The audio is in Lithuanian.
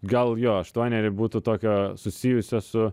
gal jo aštuoneri būtų tokio susijusio su